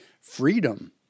freedom